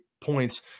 points